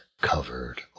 Covered